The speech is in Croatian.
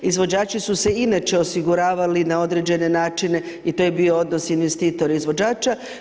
Izvođači su se inače osiguravali na određene načine i to je bio odnos investitora i izvođača.